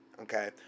Okay